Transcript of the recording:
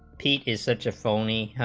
p is such a phony